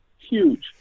huge